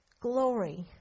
glory